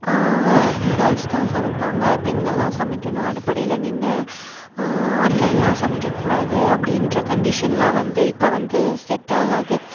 girls தான் சமைப்பாங்க பெண்கள் தான் சமைக்கணும் அடுப்படியில் நின்று ஆண்கள்லாம் சமைக்கக்கூடாது அப்படின்ற கண்டிஷன்லாம் வந்து இப்போ வந்து செட்டாகாது